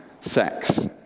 sex